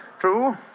True